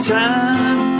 time